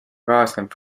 kaasneb